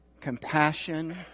compassion